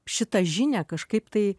šitą žinią kažkaip tai